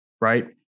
right